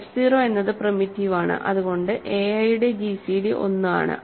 f 0 എന്നത് primitive ആണ് അതുകൊണ്ട് ai യുടെ gcd 1 ആണ്